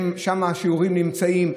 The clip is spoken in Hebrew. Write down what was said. ששם השיעורים נמצאים,